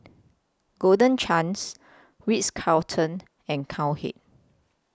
Golden Chance Ritz Carlton and Cowhead